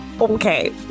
Okay